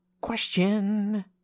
question